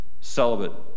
celibate